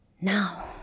Now